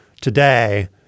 today